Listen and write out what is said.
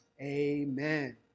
amen